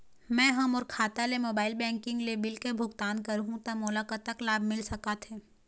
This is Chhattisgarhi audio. मैं हा मोर खाता ले मोबाइल बैंकिंग ले बिल के भुगतान करहूं ता मोला कतक लाभ मिल सका थे?